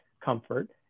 comfort